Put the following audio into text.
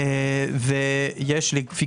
חלק